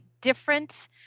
different